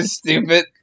stupid